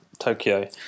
tokyo